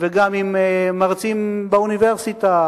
וגם מרצים באוניברסיטה